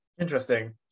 interesting